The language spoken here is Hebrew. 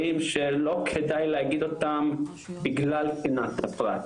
שלא כדאי להגיד אותם בגלל צנעת הפרט,